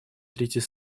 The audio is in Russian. третьей